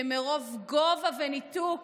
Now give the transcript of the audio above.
ומרוב גובה וניתוק